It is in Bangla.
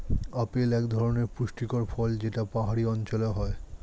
আপেল এক ধরনের পুষ্টিকর ফল যেটা পাহাড়ি অঞ্চলে হয়